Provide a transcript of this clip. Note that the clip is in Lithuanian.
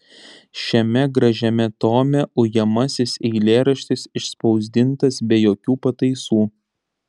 šiame gražiame tome ujamasis eilėraštis išspausdintas be jokių pataisų